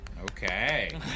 Okay